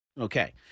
Okay